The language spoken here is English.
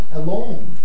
alone